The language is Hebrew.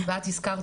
ואת הזכרת,